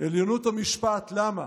עליונות המשפט, למה?